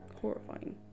Horrifying